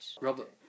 Robert